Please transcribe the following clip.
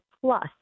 plus